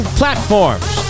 platforms